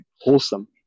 wholesome